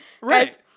Right